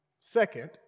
Second